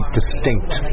distinct